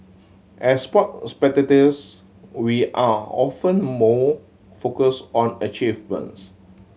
as sport spectators we are often more focused on achievements